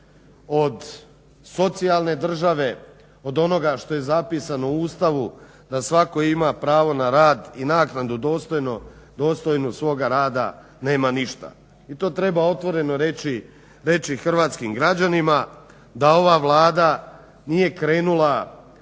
od socijalne države, od onoga što je zapisano u Ustavu da svatko ima pravo na rad i naknadu dostojnu svoga rada nema ništa. I to treba otvoreno reći, reći hrvatskim građanima, da ova Vlada nije krenula